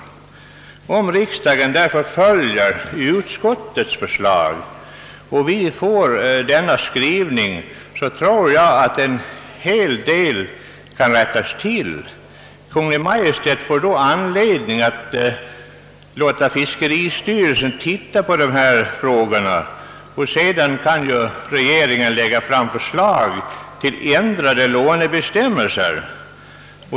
Om riksdagen bifaller utskottets förslag med denna skrivning, tror jag att en hel del kan rättas till. Kungl. Maj:t får då anledning att låta fiskeristyrelsen se på denna fråga, och sedan kan ju regeringen lägga fram förslag till ändrade lånebestämmelser.